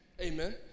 Amen